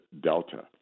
Delta